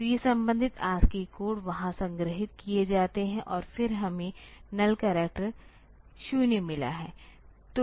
तो ये संबंधित ASCII कोड वहां संग्रहीत किए जाते हैं और फिर हमें नल्ल् करैक्टर 0 मिला है